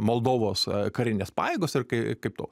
moldovos karinės pajėgos ir kai kaip to